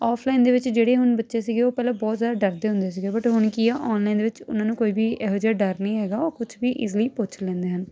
offline ਦੇ ਵਿੱਚ ਜਿਹੜੇ ਹੁਣ ਬੱਚੇ ਸੀਗੇ ਉਹ ਪਹਿਲਾਂ ਬਹੁਤ ਜਿਆਦਾ ਡਰਦੇ ਹੁੰਦੇ ਸੀਗੇ ਬਟ ਹੁਣ ਕੀ ਆ ਆਨਲਾਈਨ ਵਿੱਚ ਉਹਨਾਂ ਨੂੰ ਕੋਈ ਵੀ ਇਹੋ ਜਿਹਾ ਡਰ ਨਹੀਂ ਹੈਗਾ ਉਹ ਕੁਝ ਵੀ ਇਸ ਲਈ ਪੁੱਛ ਲੈਂਦੇ ਹਨ